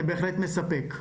זה בהחלט מספק.